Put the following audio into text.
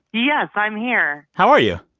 yes, i'm here how are you?